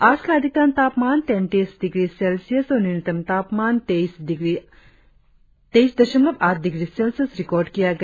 आज का अधिकतम तापमान तैंतीस डिग्री सेल्सियस और न्यूनतम तापमान तेईस दशमलव आठ डिग्री सेल्सियस रिकार्ड किया गया